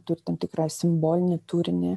turi tam tikrą simbolinį turinį